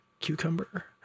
cucumber